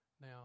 Now